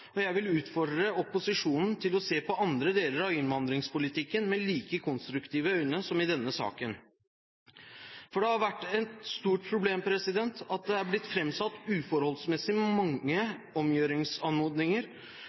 og jeg vil utfordre opposisjonen til å se på andre deler av innvandringspolitikken med like konstruktive øyne som i denne saken. Det har vært et stort problem at det har blitt framsatt uforholdsmessig